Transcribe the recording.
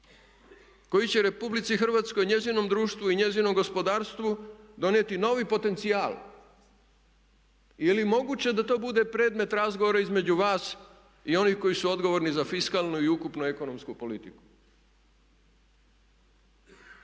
koji će Republici Hrvatskoj, njezinom društvu i njezinom gospodarstvu donijeti novi potencijal? Je li moguće da to bude predmet razgovora između vas i onih koji su odgovorni za fiskalnu i ukupnu ekonomsku politiku?